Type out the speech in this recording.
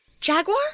Jaguar